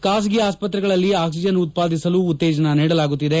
ಖಾಸಗಿ ಆಸ್ವತ್ರೆಗಳಲ್ಲಿ ಆಕ್ಸಿಜನ್ ಉತ್ವಾದಿಸಲು ಉತ್ತೇಜನ ನೀಡಲಾಗುತ್ತಿದೆ